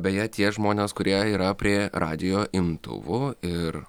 beje tie žmonės kurie yra prie radijo imtuvų ir